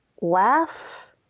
laugh